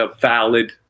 valid